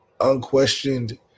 unquestioned